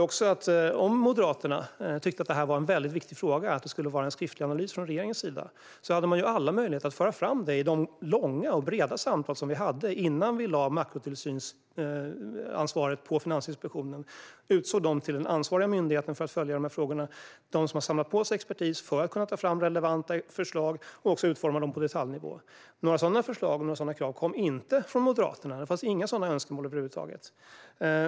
Om Moderaterna tyckte att frågan var viktig och att regeringen skulle göra en skriftlig analys hade man alla möjligheter att föra fram det i de långa och breda samtal som vi hade innan vi lade makrotillsynsansvaret på Finansinspektionen, som utsågs till ansvarig myndighet för att följa dessa frågor, samla på sig expertis för att kunna ta fram relevanta förslag och utforma dem på detaljnivå. Men några sådana krav kom inte från Moderaterna; det fanns inga sådana önskemål över huvud taget.